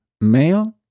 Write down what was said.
male